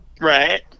right